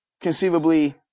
conceivably